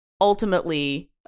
Ultimately